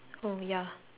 oh ya